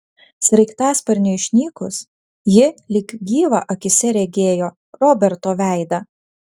sraigtasparniui išnykus ji lyg gyvą akyse regėjo roberto veidą